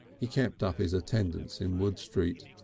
he kept up his attendance in wood street.